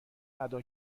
ادا